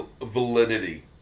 validity